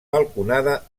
balconada